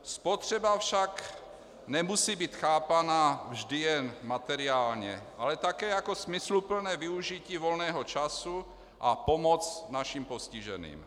Spotřeba však nemusí být chápaná vždy jen materiálně, ale také jako smysluplné využití volného času a pomoc našim postiženým.